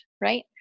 right